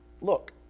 look